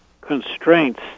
constraints